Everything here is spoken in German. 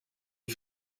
die